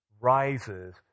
rises